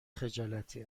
خجالتی